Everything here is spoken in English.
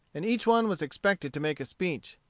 and each one was expected to make a speech.